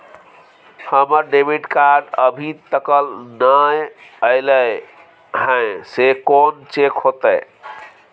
हमर debit card अभी तकल नय अयले हैं, से कोन चेक होतै?